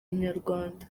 inyarwanda